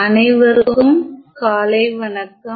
அனைவருக்கும் காலை வணக்கம்